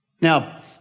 Now